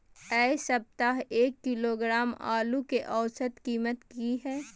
ऐ सप्ताह एक किलोग्राम आलू के औसत कीमत कि हय?